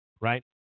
right